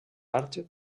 arts